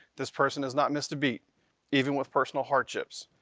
this person has not missed a beat even with personal hardships.